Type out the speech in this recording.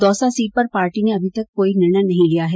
Dausa seat पर party ने अभी तक निर्णय नहीं लिया है